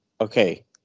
okay